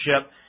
ship